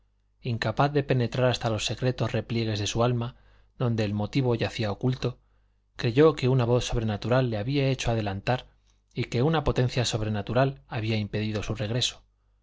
incapaz de penetrar hasta los secretos repliegues de su alma donde el motivo yacía oculto creyó que una voz sobrenatural le había hecho adelantar y que una potencia sobrenatural había impedido su regreso